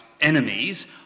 enemies